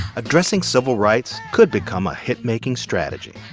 addressing civil rights could become a hit-making strategy.